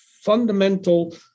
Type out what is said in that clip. fundamental